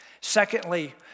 Secondly